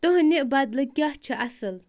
تٔہنٛدِ بدلہٕ کیاہ چھُ اصل